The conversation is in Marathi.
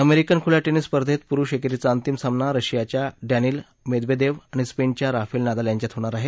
अमेरिकन खुल्या ामिस स्पर्धेत पुरुष एकेरीचा अंतिम सामना रशियाच्या डॉनिल मेदवेदेव आणि स्पेनच्या नादाल यांच्यात होणार आहे